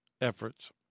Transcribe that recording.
efforts